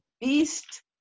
beast